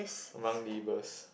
among neighbours